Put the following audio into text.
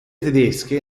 tedesche